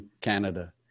Canada